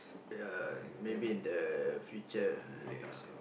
ya maybe in the future ya